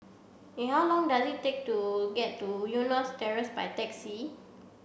in how long does it take to get to Eunos Terrace by taxi